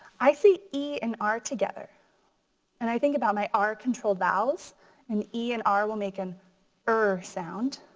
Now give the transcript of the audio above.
i see e and r together and i think about my r controlled vowels and e and r will make an er sound.